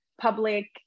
Public